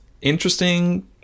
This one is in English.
interesting